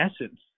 essence